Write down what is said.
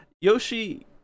Yoshi